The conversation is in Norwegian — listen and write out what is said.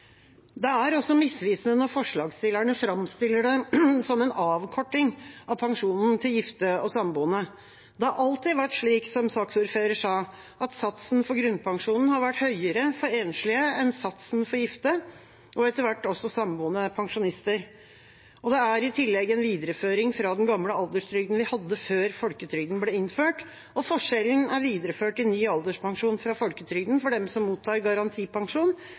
Det er også misvisende når forslagsstillerne framstiller det som en avkorting av pensjonen til gifte og samboende. Det har alltid vært slik som saksordføreren sa, at satsen for grunnpensjonen har vært høyere for enslige enn satsen for gifte og etter hvert også samboende pensjonister. Det er i tillegg en videreføring fra den gamle alderstrygden vi hadde før folketrygden ble innført, og forskjellen er videreført i ny alderspensjon fra folketrygden for dem som mottar garantipensjon,